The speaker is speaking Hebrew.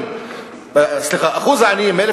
מה מבהיל?